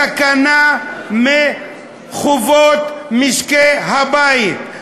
הסכנה מחובות משקי-הבית,